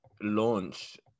launch